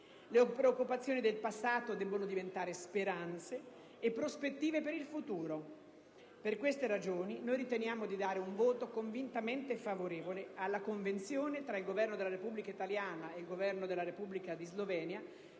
Le preoccupazioni del passato devono diventare speranze e prospettive per il futuro. Per queste ragioni, riteniamo di esprimere in maniera convinta un voto favorevole alla Convenzione tra il Governo della Repubblica italiana ed il Governo della Repubblica di Slovenia